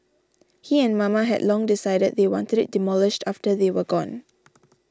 he and Mama had long decided they wanted it demolished after they were gone